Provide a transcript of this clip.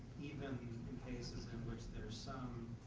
even cases in which there's some